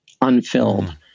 unfilled